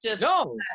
No